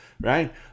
Right